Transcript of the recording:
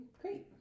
great